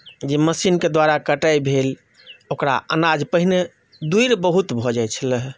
जे मशीनके द्वारा कटाइ भेल ओकरा अनाज पहिने दुरि बहुत भऽ जाइत छलए हे